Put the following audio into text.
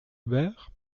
hobert